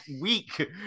week